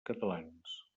catalans